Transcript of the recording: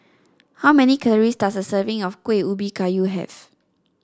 how many calories does a serving of Kuih Ubi Kayu have